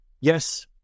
Yes